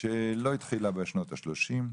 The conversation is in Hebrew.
שלא התחילה בשנות ה-30,